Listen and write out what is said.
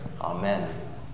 Amen